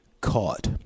caught